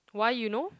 why you know